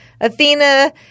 Athena